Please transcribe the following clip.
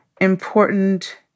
important